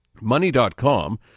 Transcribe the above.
Money.com